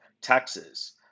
taxes